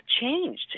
changed